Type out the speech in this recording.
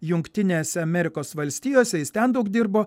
jungtinėse amerikos valstijose jis ten daug dirbo